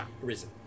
risen